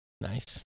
Nice